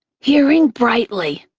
hearing brightly